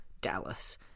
Dallas